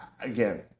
again